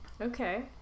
Okay